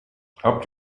habt